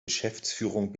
geschäftsführung